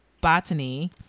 Botany